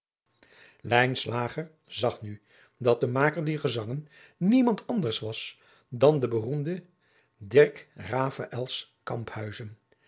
zag nu dat de maker dier gezangen niemand anders was dan de beroemde